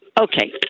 Okay